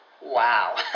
Wow